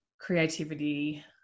creativity